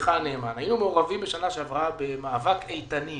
עבדך הנאמן, היו מעורבים בשנה שעברה במאבק איתנים